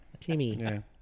Timmy